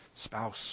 spouse